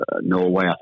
Norway